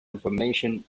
information